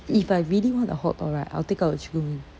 if I really want a hotdog right I will take out the chicken wing